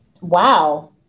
Wow